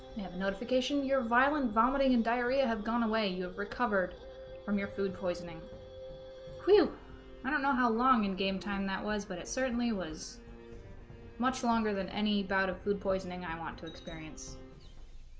we have notification your violent vomiting and diarrhea have gone away you have recovered from your food poisoning who i don't know how long in-game time that was but it certainly was much longer than any bout of food poisoning i want to experience